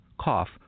cough